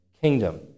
kingdom